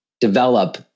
develop